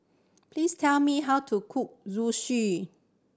please tell me how to cook Zosui